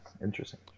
Interesting